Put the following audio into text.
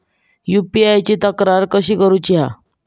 UPI ची तक्रार कशी करुची हा?